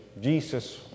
Jesus